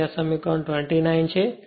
તેથી આ સમીકરણ 29 છે